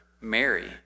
Mary